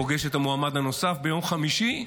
פוגש את המועמד הנוסף ביום חמישי.